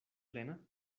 plena